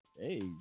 hey